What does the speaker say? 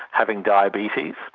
having diabetes.